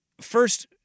first